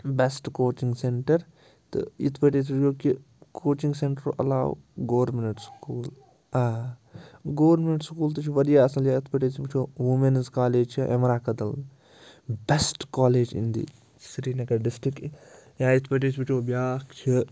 best coaching centre تہٕ یِتھ پٲٹھۍ أسۍ وٕچھو کہِ کوچِنٛگ سٮ۪نٛٹرو علاوٕ گورمِنٮ۪نٛٹ سُکوٗل آ گورمٮ۪نٛٹ سکوٗل تہِ چھُ واریاہ اَصٕل یا یِتھ پٲٹھۍ أسۍ وٕچھو ووٗمٮ۪نٕز کالیج چھِ Amira Kadal best college in the Srinagar district یا یِتھ پٲٹھۍ أسۍ وٕچھو بیٛاکھ چھِ